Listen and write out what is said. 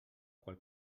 qual